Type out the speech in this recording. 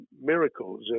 miracles